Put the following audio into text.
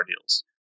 deals